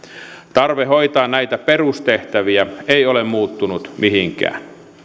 tarve hoitaa näitä perustehtäviä ei ole muuttunut mihinkään